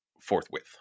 forthwith